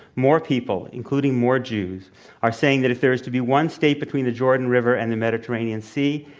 more people including more jews are saying that if there is to be one state between the jordan river and the mediterranean sea,